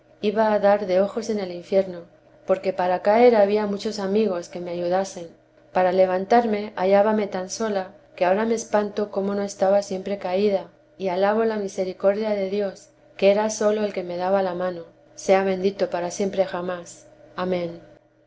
iba a dar de ojos en el infierno porque para caer había muchos amigos que me ayudasen para levantarme hallábame tan sola que ahora me espanto cómo no estaba siempre caída y alabo la misericordia de dios que era sólo el que me daba la mano sea bendito para siempre jamás amén